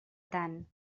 tant